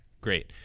Great